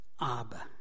Abba